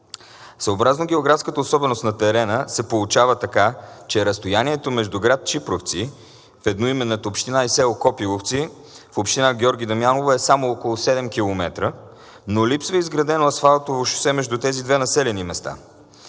Съобразно географската особеност на терена се получава така, че разстоянието между град Чипровци в едноименната община и село Копиловци в община Георги Дамяново е само около 7 км, но липсва изградено асфалтово шосе между тези две населени места.